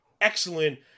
excellent